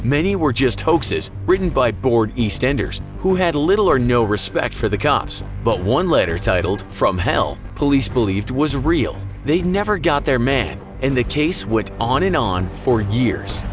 many were just hoaxes written by bored eastenders who had little or no respect for the cops. but one letter, titled from hell, police believed was real. they never got their man, and the case went on and on for years.